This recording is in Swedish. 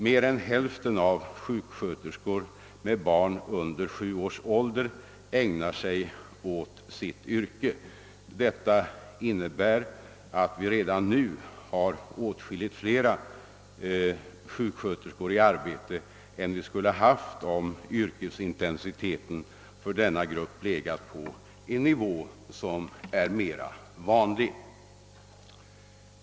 Mer än hälften av sjuksköterskor med barn under sju års ålder ägnar sig åt sitt yrke. Detta innebär att vi redan nu har åtskilligt fler sjuksköterskor i arbete än vi skulle ha haft om yrkesintensiteten för denna grupp legat på en nivå som är mera vanlig.